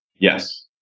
yes